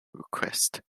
request